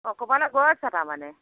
অঁ ক'ৰবালৈ গৈ আছা তাৰমানে